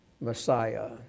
Messiah